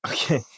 Okay